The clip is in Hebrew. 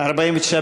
בינוי ושיכון,